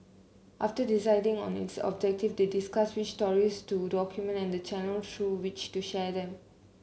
after deciding on its objective they discuss which stories to document and the channel through which to share them